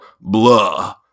blah